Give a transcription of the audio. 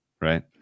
right